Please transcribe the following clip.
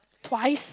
twice